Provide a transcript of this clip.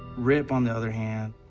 rip on the other hand,